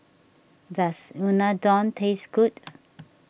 does Unadon taste good